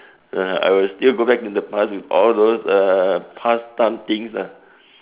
(uh huh) I will still go back to the past with all those past time things lah